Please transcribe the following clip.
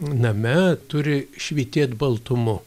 name turi švytėt baltumu